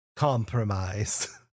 Compromise